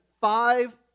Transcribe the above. five